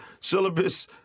Syllabus